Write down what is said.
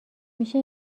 میشه